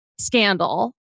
scandal